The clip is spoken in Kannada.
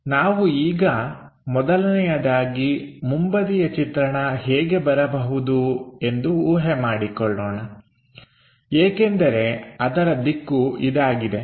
ನಾವು ಈಗ ಮೊದಲನೆಯದಾಗಿ ಮುಂಬದಿಯ ಚಿತ್ರಣ ಹೇಗೆ ಬರಬಹುದು ಎಂದು ಊಹೆ ಮಾಡಿಕೊಳ್ಳೋಣ ಏಕೆಂದರೆ ಅದರ ದಿಕ್ಕು ಇದಾಗಿದೆ